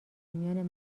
میان